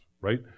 right